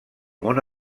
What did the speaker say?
món